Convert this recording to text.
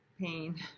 pain